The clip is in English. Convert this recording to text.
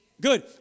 good